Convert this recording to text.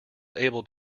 able